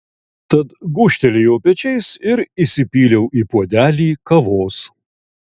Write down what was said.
tad gūžtelėjau pečiais ir įsipyliau į puodelį kavos